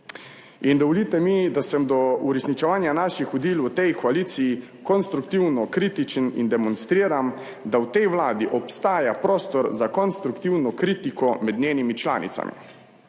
In dovolite mi, da sem do uresničevanja naših vodil v tej koaliciji konstruktivno kritičen in demonstriram, da v tej vladi obstaja prostor za konstruktivno kritiko med njenimi članicami.